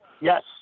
Yes